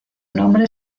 nombre